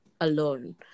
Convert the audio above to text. alone